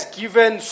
given